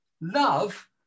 love